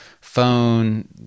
phone